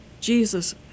Jesus